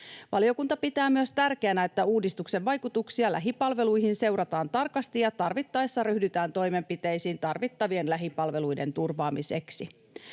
Valiokunta pitää myös tärkeänä, että uudistuksen vaikutuksia lähipalveluihin seurataan tarkasti ja tarvittaessa ryhdytään toimenpiteisiin tarvittavien lähipalveluiden turvaamiseksi.